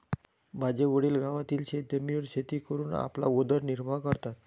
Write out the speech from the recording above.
माझे वडील गावातील शेतजमिनीवर शेती करून आपला उदरनिर्वाह करतात